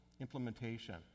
implementation